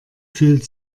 fühlt